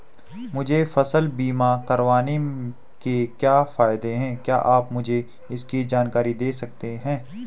मुझे फसल बीमा करवाने के क्या फायदे हैं क्या आप मुझे इसकी जानकारी दें सकते हैं?